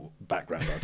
background